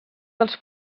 dels